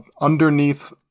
underneath